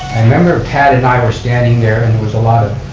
i remember pat and i were standing there and it was a lot of